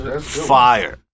Fire